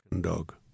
dog